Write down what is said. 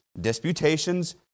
disputations